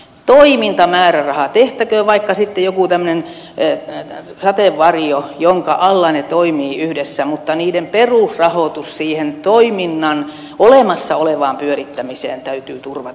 tehtäköön vaikka sitten joku tämmöinen sateenvarjo jonka alla ne toimivat yhdessä mutta niiden perusrahoitus siihen toiminnan olemassa olevaan pyörittämiseen täytyy turvata